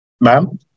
Ma'am